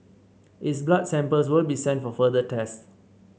its blood samples will be sent for further tests